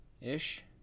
ish